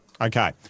Okay